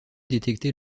détecter